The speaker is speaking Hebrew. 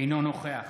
אינו נוכח